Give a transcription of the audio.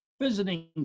Visiting